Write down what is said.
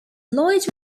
lloyd